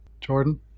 Jordan